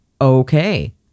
Okay